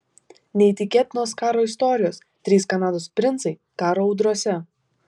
neįtikėtinos karo istorijos trys kanados princai karo audrose